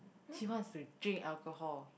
she wants to drink alcohol